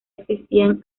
existían